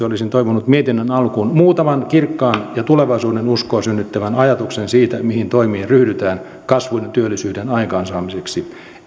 olisin toivonut mietinnön alkuun muutaman kirkkaan ja tulevaisuudenuskoa synnyttävän ajatuksen siitä mihin toimiin ryhdytään kasvun ja työllisyyden aikaansaamiseksi